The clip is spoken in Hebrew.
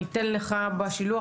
אני אתן לך לדבר,